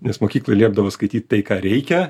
nes mokykloj liepdavo skaityt tai ką reikia